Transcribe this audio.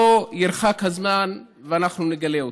לא ירחק הזמן ואנחנו נגלה אותן.